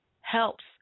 helps